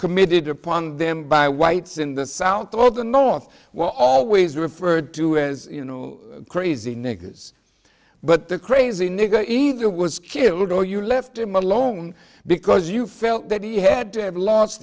committed upon them by whites in the south all the north well always referred to as you know crazy niggers but the crazy nigga either was killed or you left him alone because you felt that he had to have lost